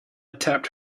tapped